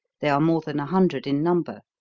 they are more than a hundred in number.